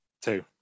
Two